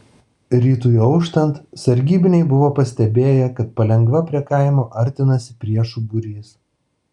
rytui auštant sargybiniai buvo pastebėję kad palengva prie kaimo artinasi priešų būrys